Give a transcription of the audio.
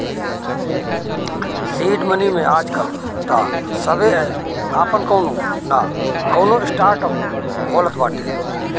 seed money में आजकाल तअ सभे आपन कवनो नअ कवनो स्टार्टअप खोलत बाटे